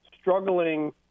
struggling